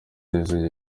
riza